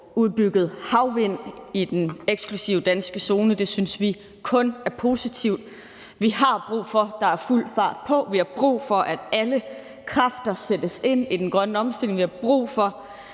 udbygget havvindskapaciteten i Danmarks eksklusive økonomiske zone. Det synes vi kun er positivt. Vi har brug for, at der er fuld fart på. Vi har brug for, at alle kræfter sættes ind i den grønne omstilling. Vi har brug for,